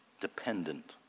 dependent